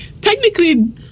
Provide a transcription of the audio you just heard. technically